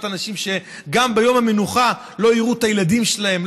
להיות אנשים שגם ביום המנוחה לא יראו את הילדים שלהם,